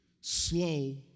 slow